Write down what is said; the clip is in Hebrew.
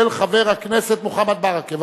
של חבר הכנסת מוחמד ברכה.